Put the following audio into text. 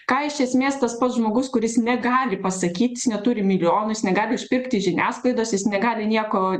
ką iš esmės pats žmogus kuris negali pasakyt jis neturi milijonų jis negali išpirkti žiniasklaidos jis negali nieko